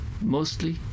mostly